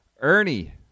Ernie